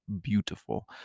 beautiful